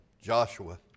Joshua